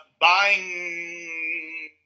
buying